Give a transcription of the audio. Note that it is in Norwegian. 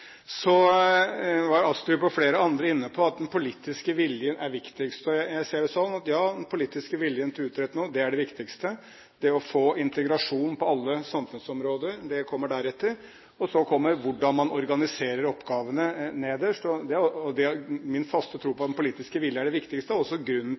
Så var Astrup og flere andre inne på at den politiske viljen er viktigst. Jeg ser det sånn at ja, den politiske viljen til å utrette noe er det viktigste. Det å få integrasjon på alle samfunnsområder kommer deretter, og så kommer hvordan man organiserer oppgavene, nederst. Min faste tro på at den politiske viljen er det viktigste, er også grunnen